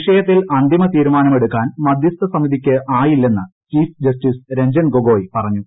വിഷയത്തിൽ അന്തിമ തീരുമാനമെടുക്കാൻ മധ്യസ്ഥ സമിതിയ്ക്ക് ആയില്ലെന്ന് ചീഫ് ജസ്റ്റിസ് രഞ്ജൻ ഗോഗൊയ് പറഞ്ഞു